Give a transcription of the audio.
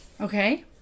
Okay